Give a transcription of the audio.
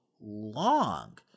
long